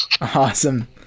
awesome